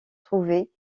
trouver